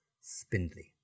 Spindly